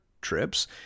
Trips